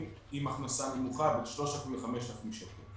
עם הכנסה נמוכה 3,000-5,000 שקלים.